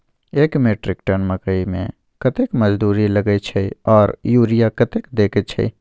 एक metric tonne मकई में कतेक मजदूरी लगे छै आर यूरिया कतेक देके छै?